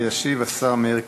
ישיב השר מאיר כהן.